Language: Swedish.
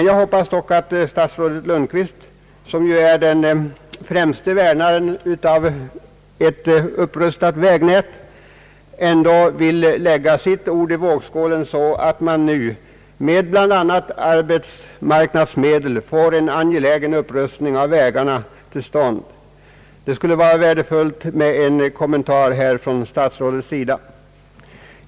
Jag hoppas dock att statsrådet Lundkvist, som är den främste värnaren av vårt vägväsende, ändå vill lägga sitt ord i vågskålen, så att vi nu, bl.a. med hjälp av arbetsmarknadsmedel, får en angelägen upprustning av vägarna till stånd. Det skulle vara värdefullt med en kommentar till detta från statsrådet.